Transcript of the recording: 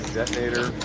Detonator